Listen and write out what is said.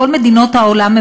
בכל מדינות העולם,